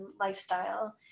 lifestyle